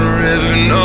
ribbon